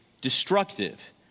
destructive